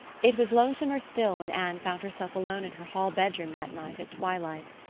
it was lonesomer still when anne found herself alone in her hall bedroom that night at twilight.